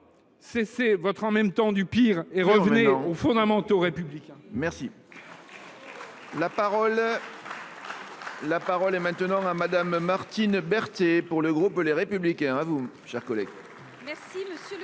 Cessez votre « en même temps » du pire et revenez aux fondamentaux républicains ! La parole est à Mme Martine Berthet, pour le groupe Les Républicains.